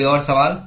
कोई और सवाल